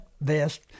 vest